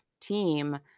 team